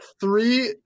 three